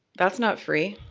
that's not free.